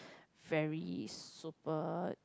very super